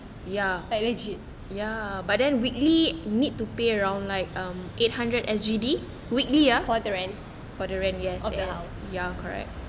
like legit for the rent of the house